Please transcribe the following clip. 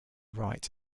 wright